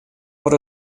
foar